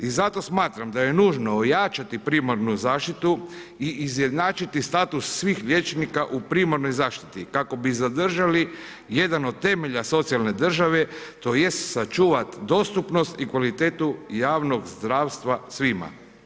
I zato smatram da je nužno ojačati primarnu zaštitu i izjednačiti status svih liječnika u primarnoj zaštiti kako bi zadržali jedan od temelja socijalne države, tj. sačuvat dostupnost i kvalitetu javnog zdravstva svima.